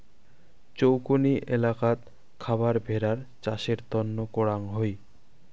চৌকনি এলাকাত খাবার ভেড়ার চাষের তন্ন করাং হই